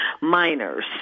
minors